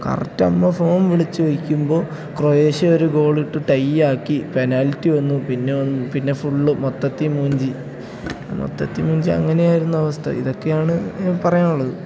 കറക്റ്റമ്മ phone വിളിച്ച് വെക്കുമ്പോൾ Croatia ഒരു ഗോളിട്ട് ടൈ ആക്കി പെനാൽറ്റി വന്നു പിന്നെ പിന്നെ ഫുള്ള് മൊത്തത്തിൽ മൂഞ്ചി മൊത്തത്തിൽ മൂഞ്ചി അങ്ങനെ ആയിരുന്നു അവസ്ഥ ഇതൊക്കെ ആണ് പറയാനുള്ളത്